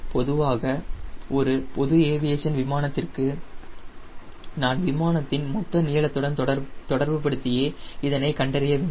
பொதுவாக ஒரு பொது ஏவியேஷன் விமானத்திற்கு நான் விமானத்தின் மொத்த நீளத்துடன் தொடர்பு படுத்தியே இதனை கண்டறிய வேண்டும்